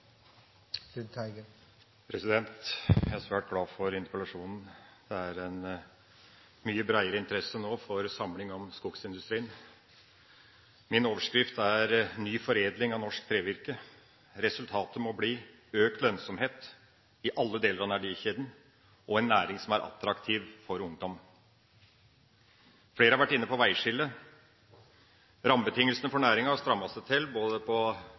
en mye breiere interesse nå for samling om skogindustrien. Min overskrift er: Ny foredling av norsk trevirke. Resultatet må bli økt lønnsomhet i alle deler av verdikjeden og en næring som er attraktiv for ungdom. Flere har vært inne på vegskillet. Rammebetingelsene for næringa har strammet seg til både markedsmessig og politisk de siste åra, så på